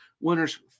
winners